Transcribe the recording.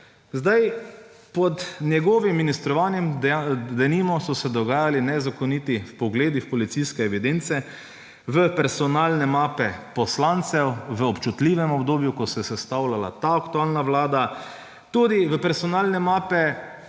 Pod njegovim ministrovanjem, denimo, so se dogajali nezakoniti vpogledi v policijske evidence, v personalne mape poslancev v občutljivem obdobju, ko se je sestavljala ta aktualna vlada; tudi v personalne mape